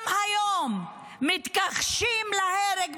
גם היום מתכחשים להרג,